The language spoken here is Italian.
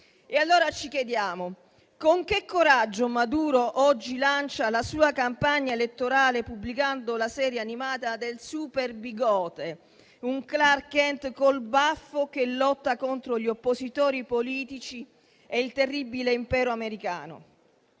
index*. Ci chiediamo allora con che coraggio Maduro oggi lanci la sua campagna elettorale, pubblicando la serie animata del «Super Bigote», un Clark Kent col baffo che lotta contro gli oppositori politici e il terribile impero americano.